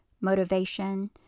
motivation